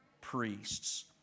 priests